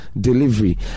delivery